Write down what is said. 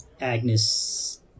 Agnes